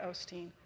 Osteen